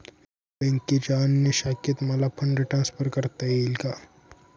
बँकेच्या अन्य शाखेत मला फंड ट्रान्सफर करता येईल का?